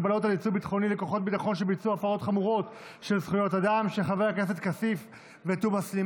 ביטול האפשרות לצוות על עיכוב יציאה מהארץ בגין חוב כספי נמוך),